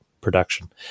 production